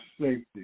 safety